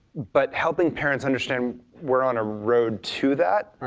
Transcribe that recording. but helping parents understand we're on a road to that